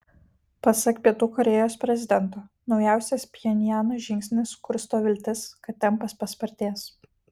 pasak pietų korėjos prezidento naujausias pchenjano žingsnis kursto viltis kad tempas paspartės